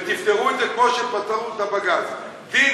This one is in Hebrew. ותפתרו את זה כמו שפתרו את הבג"ץ: דין